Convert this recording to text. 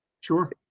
Sure